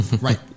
Right